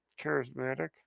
charismatic